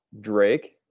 Drake